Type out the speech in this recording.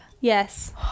Yes